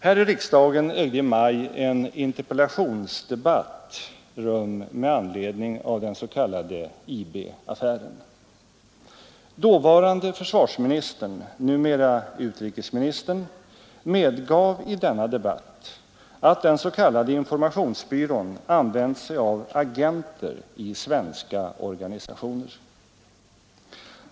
Här i riksdagen ägde i maj en interpellationsdebatt rum med anledning av den s.k. IB-affären. Dåvarande försvarsministern, numera utrikesministern, medgav i denna debatt att den s.k. informationsbyrån använt sig av agenter i svenska organisationer.